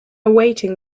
awaiting